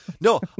No